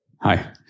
Hi